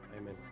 Amen